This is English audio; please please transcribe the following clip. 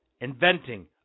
inventing